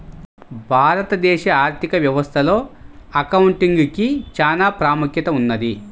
భారతదేశ ఆర్ధిక వ్యవస్థలో అకౌంటింగ్ కి చానా ప్రాముఖ్యత ఉన్నది